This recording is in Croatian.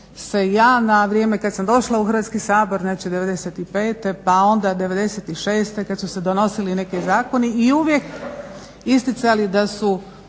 se ja na vrijeme kad sam došla u Hrvatski sabor znači 95.-te pa ona 96.-te kad su se donosili neki zakoni i uvijek isticali da su